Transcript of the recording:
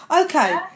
Okay